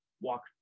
walk